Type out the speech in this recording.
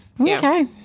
Okay